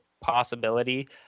possibility